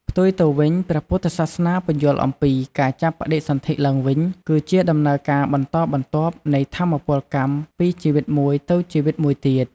ផ្ទុយទៅវិញ ព្រះពុទ្ធសាសនាពន្យល់អំពី "ការចាប់បដិសន្ធិឡើងវិញ" គឺជាដំណើរការបន្តបន្ទាប់នៃថាមពលកម្មពីជីវិតមួយទៅជីវិតមួយទៀត។